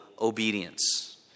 obedience